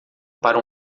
para